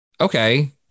Okay